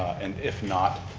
and if not,